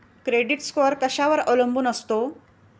Credit score कशावर अवलंबून असतो?